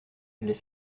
les